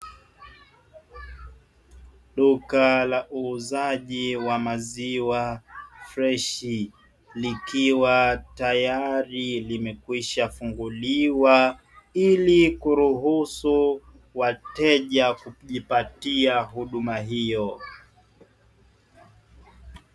Duka la uuzaji wa maziwa freshi, likiwa tayari limekwishafunguliwa ili kuruhusu wateja kujipatia huduma hiyo.